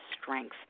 strength